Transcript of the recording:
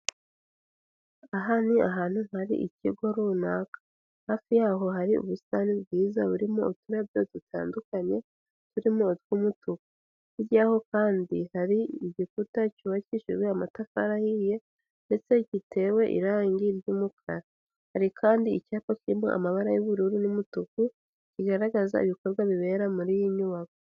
Aha ni ahantu hari ikigo runaka. Hafi yaho hari ubusitani bwiza burimo uturabyo dutandukanye, turimo utw'umutuku. Hirya yaho kandi hari igikuta cyubakishijwe amatafari ahiye, ndetse gitewe irangi ry'umukara; hari kandi icyapa kirimo amabara y'ubururu n'umutuku, bigaragaza ibikorwa bibera muri iyi nyubako.